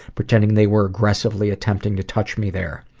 pretending they were aggressively attempting to touch me there.